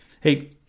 Hey